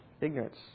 Ignorance